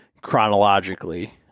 chronologically